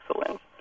excellent